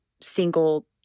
single